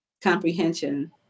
comprehension